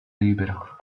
libero